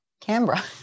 Canberra